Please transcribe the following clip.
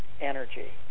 energy